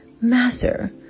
Master